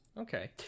Okay